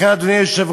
לכן, אדוני היושב-ראש,